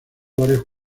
varios